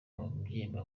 mubyimba